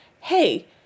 hey